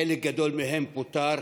חלק גדול מהם פוטר,